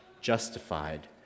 justified